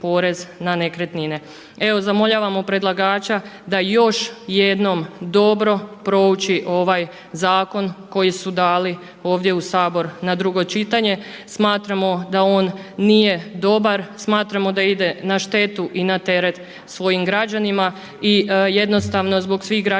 Evo zamoljavamo predlagača da još jednom dobro prouči ovaj zakon koji su dali ovdje u Sabor na drugo čitanje. Smatramo da on nije dobar. Smatramo da ide na štetu i na teret svojim građanima i jednostavno zbog svih građana